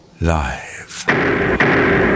Live